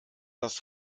das